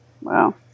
Wow